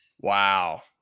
Wow